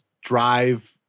drive